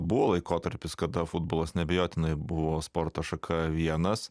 buvo laikotarpis kada futbolas neabejotinai buvo sporto šaka vienas